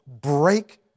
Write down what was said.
break